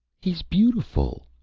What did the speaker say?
he's beautiful,